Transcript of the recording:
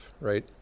right